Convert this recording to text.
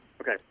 Okay